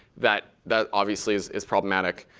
that that obviously is is problematic.